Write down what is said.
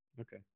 okay